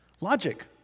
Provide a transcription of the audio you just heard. Logic